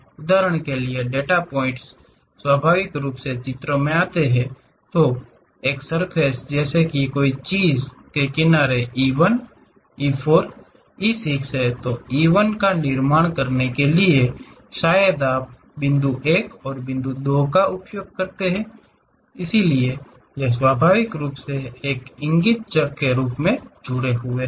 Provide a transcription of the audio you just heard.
उदाहरण के लिए डेटा पॉइंटर्स स्वाभाविक रूप से चित्र में आते हैं एक सर्फ़ेस जैसी कोई चीज जो किनारों E 1 E 4 E 6 तो E 1 का निर्माण करने के लिए शायद आप 1 और 2 बिन्दु का उपयोग करते हैं इसलिए ये स्वाभाविक रूप से एक इंगित चर के रूप में जुड़े हुए हैं